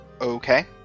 Okay